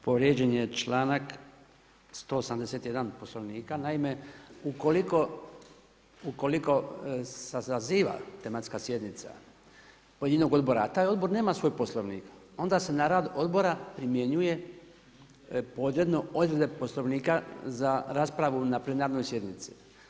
Povrijeđen je članak 181 Poslovnika, naime ukoliko se saziva tematska sjednica pojedinog odbora a taj odbor nema svoj Poslovnik onda se na rad odbora primjenjuje podredno odredbe Poslovnika za raspravu na plenarnoj sjednici.